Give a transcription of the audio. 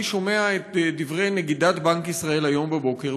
אני שומע את דברי נגידת בנק ישראל היום בבוקר,